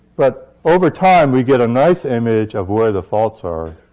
but, over time, we get a nice image of where the faults are.